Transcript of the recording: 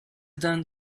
done